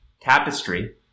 Tapestry